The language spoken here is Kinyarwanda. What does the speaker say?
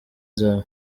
zabo